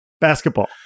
Basketball